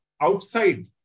outside